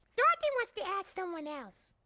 dorothy wants to ask someone else.